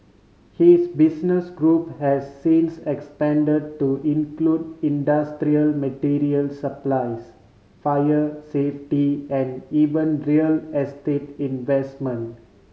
his business group has since expand to include industrial material supplies fire safety and even real estate investment